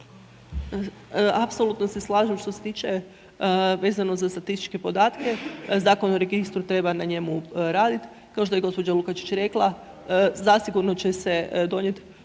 Apsolutno se slažem što se tiče vezano za statističke podatke, Zakon o registru, treba na njemu raditi, kao što je gđa. Lukačić rekla, zasigurno će se donijeti